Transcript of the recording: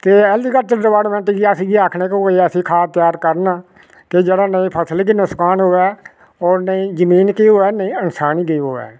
कि agriculture department गी अस इ'यै आखने कि ओह् एह् इक ऐसी खाद त्यार करन कि जेह्ड़ा नेईं फसल गी नुकसान होऐ और नेईं जमीन गी होऐ नेईं इन्सान गी होऐ